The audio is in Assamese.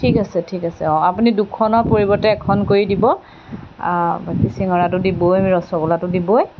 ঠিক আছে ঠিক আছে অঁ আপুনি দুখনৰ পৰিৱৰ্তে এখন কৰি দিব বাকী শিঙৰাটো দিবই ৰসগোল্লাটো দিবই